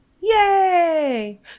Yay